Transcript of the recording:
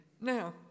Now